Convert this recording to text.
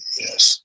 yes